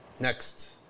Next